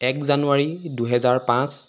এক জানুৱাৰী দুহেজাৰ পাঁচ